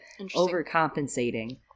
Overcompensating